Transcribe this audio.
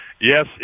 Yes